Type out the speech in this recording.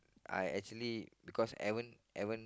I actually because haven't haven't